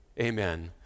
Amen